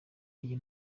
iyi